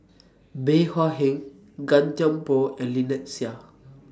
Bey Hua Heng Gan Thiam Poh and Lynnette Seah